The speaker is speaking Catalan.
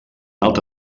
alta